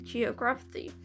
Geography